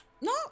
no